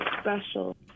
special